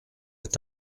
est